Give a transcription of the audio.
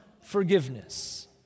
forgiveness